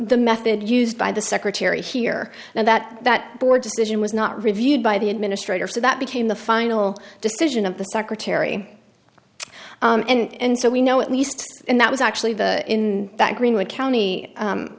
the method used by the secretary here and that that board decision was not reviewed by the administrator so that became the final decision of the secretary and so we know at least and that was actually in that greenwood county